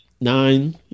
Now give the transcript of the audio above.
nine